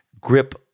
grip